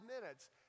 minutes